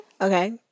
Okay